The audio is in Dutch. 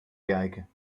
kijken